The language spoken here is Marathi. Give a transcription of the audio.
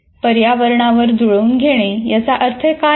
पर्यावरणावर जुळवून घेणे याचा अर्थ काय आहे